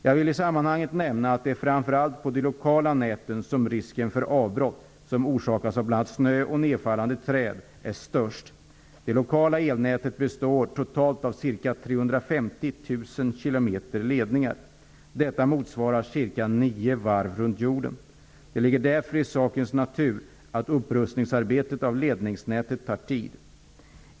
Jag vill i sammanhanget nämna att det är framför allt på de lokala näten som risken för avbrott, som orsakas av bl.a. snö och nedfallande träd, är störst. Det lokala elnätet består totalt av ca 350 000 km ledningar. Detta motsvarar cirka nio varv runt jorden. Det ligger därför i sakens natur att upprustningsarbetet av ledningsnätet tar tid.